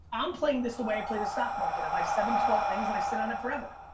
i'm playing this the way i play the stock market. i buy seven, twelve things and i sit on it forever.